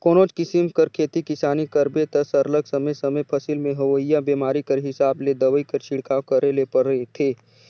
कोनोच किसिम कर खेती किसानी करबे ता सरलग समे समे फसिल में होवइया बेमारी कर हिसाब ले दवई कर छिड़काव करे ले परथे